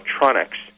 electronics